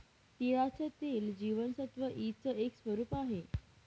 तिळाचं तेल जीवनसत्व ई च एक स्वरूप आहे